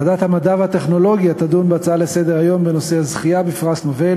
ועדת המדע והטכנולוגיה תדון בנושא: זוכי פרס נובל